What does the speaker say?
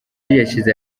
yashyize